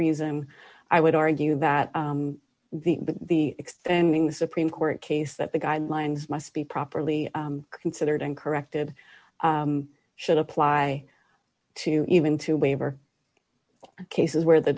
reason i would argue that the extending the supreme court case that the guidelines must be properly considered and corrected should apply to even to waiver cases where the